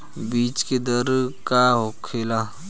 बीज के दर का होखेला?